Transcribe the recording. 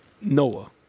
Noah